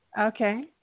Okay